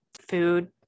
food